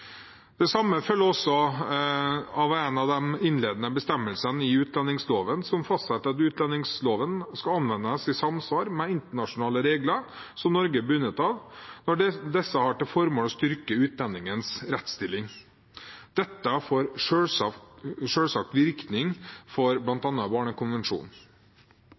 Det samme følger også av en av de innledende bestemmelsene i utlendingsloven, som fastsetter at utlendingsloven skal anvendes i samsvar med internasjonale regler som Norge er bundet av, når disse har til formål å styrke utlendingens rettsstilling. Dette får selvsagt virkning for